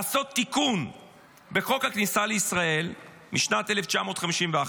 לעשות תיקון בחוק הכניסה לישראל משנת 1951,